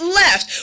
left